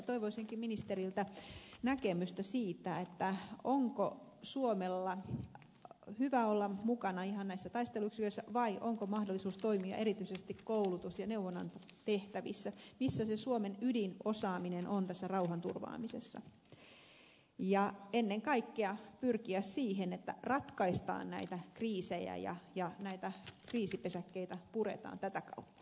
toivoisinkin ministeriltä näkemystä siitä onko suomen hyvä olla mukana ihan näissä taisteluyksiköissä vai onko mahdollisuus toimia erityisesti koulutus ja neuvonnan tehtävissä missä se suomen ydinosaaminen on tässä rauhanturvaamisessa ja ennen kaikkea pyrkiä siihen että ratkaistaan näitä kriisejä ja näitä kriisipesäkkeitä puretaan tätä kautta